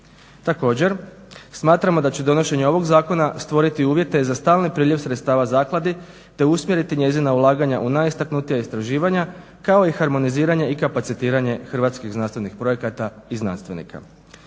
Također smatramo da će donošenje ovog zakona stvoriti uvjete za stalni priljev sredstava zakladi te usmjeriti njezina ulaganja u najistaknutija istraživanja kao i harmoniziranje i kapacitiranje hrvatskih znanstvenih projekata i znanstvenika.